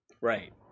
Right